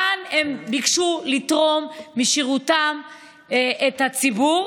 כאן הם ביקשו לתרום משירותם לציבור,